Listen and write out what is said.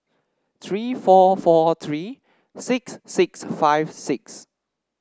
three four four three six six five six